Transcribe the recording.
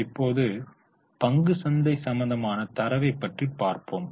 இப்போது பங்குச்சந்தை சம்பந்தமான தரவை பற்றிப் பார்ப்போம்